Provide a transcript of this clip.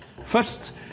First